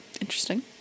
Interesting